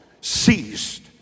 ceased